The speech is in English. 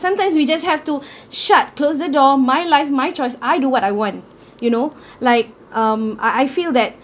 sometimes we just have to shut close the door my life my choice I do what I want you know like um I feel that